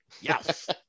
Yes